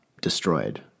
destroyed